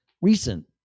recent